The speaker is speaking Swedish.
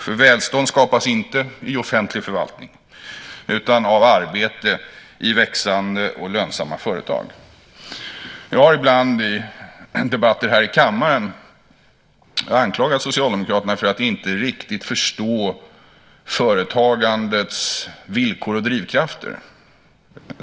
För välstånd skapas inte i offentlig förvaltning utan av arbete i växande och lönsamma företag. Jag har ibland i debatter här i kammaren anklagat Socialdemokraterna för att inte riktigt förstå företagandets villkor och drivkrafter.